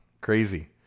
Crazy